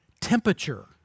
temperature